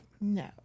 No